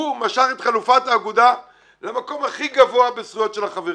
הוא משך את חלופת האגודה למקום הכי גבוה בזכויות של החברים.